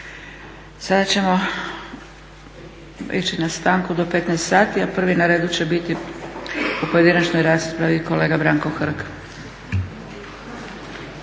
Sad ćemo prijeći na stanku do 15,00 sati. A prvi na redu će biti u pojedinačnoj raspravi kolega Branko Hrg.